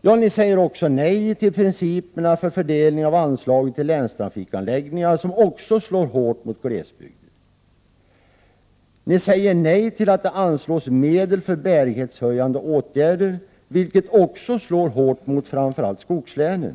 Ni säger nej till principerna för fördelningen av anslaget till länstrafikanläggningar, som också slår hårt mot glesbygden. Ni säger nej till att det anslås medel för bärighetshöjande åtgärder, vilket också slår hårt mot skogslänen.